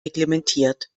reglementiert